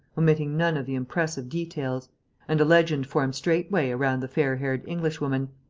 omitting none of the impressive details and a legend formed straightway around the fair-haired englishwoman,